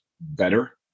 better